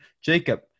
Jacob